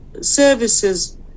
services